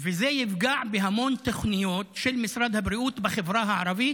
וזה יפגע בהמון תוכניות של משרד הבריאות בחברה הערבית